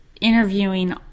interviewing